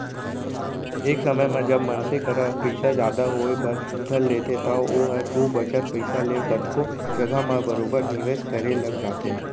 एक समे म जब मनसे करा पइसा जादा होय बर धर लेथे त ओहर ओ बचत पइसा ले कतको जघा म बरोबर निवेस करे लग जाथे